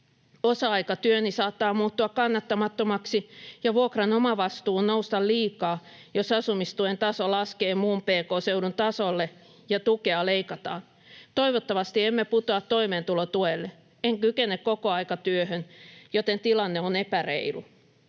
Osa-aikatyöni saattaa muuttua kannattamattomaksi ja vuokran omavastuu nousta liikaa, jos asumistuen taso laskee muun pk-seudun tasolle ja tukea leikataan. Toivottavasti emme putoa toimeentulotuelle. En kykene kokoaikatyöhön, joten tilanne on epäreilu.”